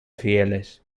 fieles